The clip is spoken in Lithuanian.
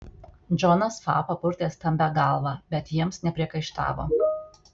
džonas fa papurtė stambią galvą bet jiems nepriekaištavo